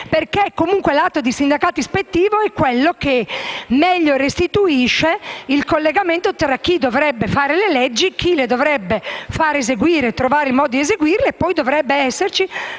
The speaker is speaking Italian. perché l'atto di sindacato ispettivo restituisce in modo migliore il collegamento tra chi dovrebbe fare le leggi e chi le dovrebbe far eseguire o trovare il modo di eseguirle, e poi dovrebbe esserci